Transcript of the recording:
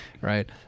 right